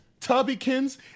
Tubbykins